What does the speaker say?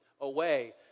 away